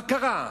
מה קרה?